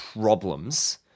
problems